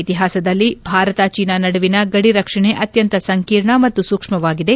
ಇತಿಹಾಸದಲ್ಲಿ ಭಾರತ ಚೀನಾ ನಡುವಿನ ಗಡಿ ರಕ್ಷಣೆ ಅತ್ಯಂತ ಸಂಕೀರ್ಣ ಮತ್ತು ಸೂಕ್ಷ್ಮವಾಗಿದೆ